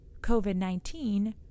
COVID-19